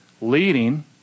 leading